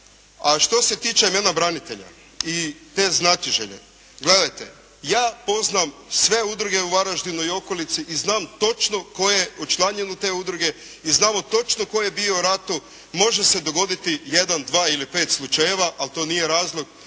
A što se tiče imena branitelja i te znatiželje, gledajte ja poznam sve udruge u Varaždinu i okolici i znam točno tko je učlanjen u te udruge i znam točno tko je bio u ratu. Može se dogoditi jedan, dva ili pet slučajeva, ali to nije razlog